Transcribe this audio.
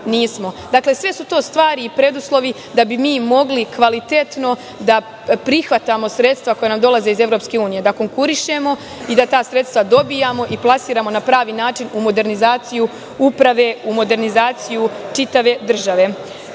Nismo. Sve su to stvari i preduslovi da bi mi mogli kvalitetno da prihvatamo sredstva koja nam dolaze iz EU, da konkurišemo i da ta sredstava dobijamo i plasiramo na pravi način u modernizaciju uprave, u modernizaciju čitave